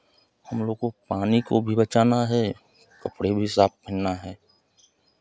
हमलोग को पानी को भी बचाना है कपड़े भी साफ करना है